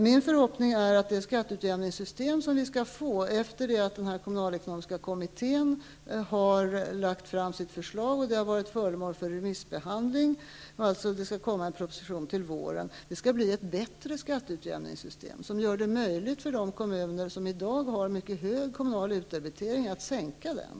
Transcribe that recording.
Min förhoppning är att det skatteutjämningssystem som vi skall få sedan kommunalekonomiska kommittéen har lagt fram sitt förslag och det varit föremål för remissbehandling -- en proposition skall komma till våren -- skall bli ett bättre skatteutjämningssystem, som gör det möjligt för de kommuner som i dag har en hög kommunal utdebitering att sänka den.